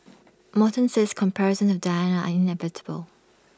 Morton says comparisons with Diana are inevitable